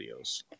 videos